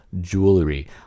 jewelry